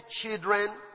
children